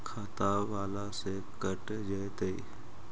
खाता बाला से कट जयतैय?